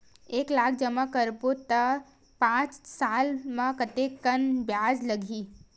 एक लाख जमा करबो त पांच साल म कतेकन ब्याज मिलही?